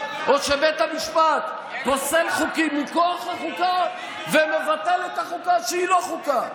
או שבית המשפט פוסל חוקים מכוח החוקה ומבטל את החוקה שהיא לא חוקה.